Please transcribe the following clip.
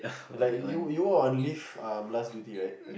like you you were on leave um last duty right